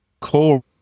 core